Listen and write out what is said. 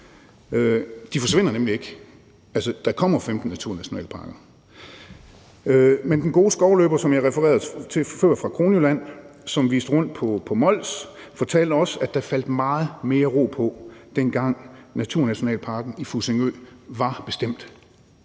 de forsvinder nemlig ikke. Altså, der kommer 15 naturnationalparker. Men den gode skovløber fra Kronjylland, som jeg refererede til før, og som viste rundt på Mols, fortalte også, at der faldt meget mere ro på, dengang naturnationalparken i Fussingø var bestemt.